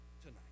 tonight